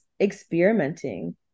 experimenting